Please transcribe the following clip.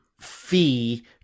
fee